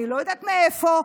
אני לא יודעת מאיפה,